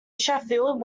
sheffield